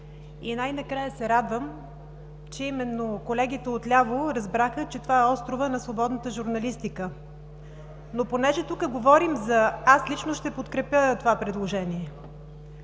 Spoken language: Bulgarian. и най-накрая се радвам, че именно колегите от ляво разбраха, че това е островът на свободната журналистика. Аз лично ще подкрепя това предложение.